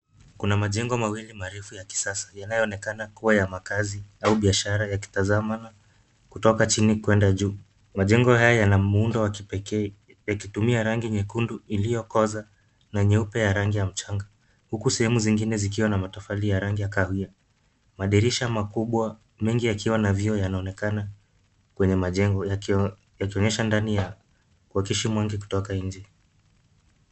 Kuna majengo mawili marefu ya kisasa yanayoonekana kuwa ya makazi au biashara, yakitazamana kutoka chini kwenda juu. Majengo haya yana muundo wa kipekee na yakitumia rangi nyekundu ilokoza, na nyeupe, ya rangi ya mchanga. Huku sehemu zingine zikiwa na matofali ya rangi ya kahawia. Madirisha makubwa mengi yakiwa na vioo yanaonekana kwenye majengo, yakionyesha ndani wakishi mingi kutoka inje.